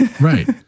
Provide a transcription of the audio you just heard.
Right